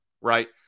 right